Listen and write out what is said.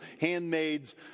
handmaids